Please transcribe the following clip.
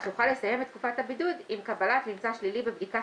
אך יוכל לסיים את תקופת הבידוד עם קבלת ממצא שלילי בבדיקת